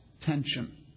tension